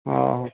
ହଁ